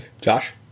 Josh